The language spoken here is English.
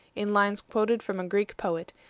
in lines quoted from a greek poet,